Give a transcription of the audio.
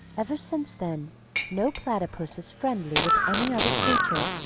ever since then no platypus is friendly with any other creature,